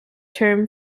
term